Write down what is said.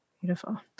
Beautiful